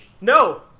No